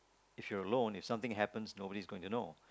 if you're alone and something happens nobody is gonna to know